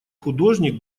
художник